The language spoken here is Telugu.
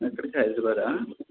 ఎక్కడికి హైదరాబాదా